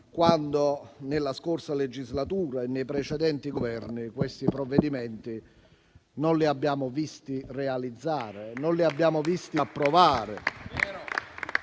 quando nella scorsa legislatura e nei precedenti Governi questi provvedimenti non li abbiamo visti realizzare e non li abbiamo visti approvare.